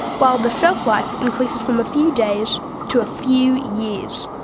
while the shelf life increases from a few days to a few years.